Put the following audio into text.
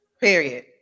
Period